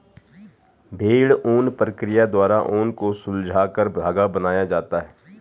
भेड़ ऊन प्रक्रिया द्वारा ऊन को सुलझाकर धागा बनाया जाता है